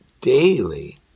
daily